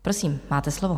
Prosím, máte slovo.